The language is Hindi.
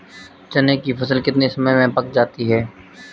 चने की फसल कितने समय में पक जाती है?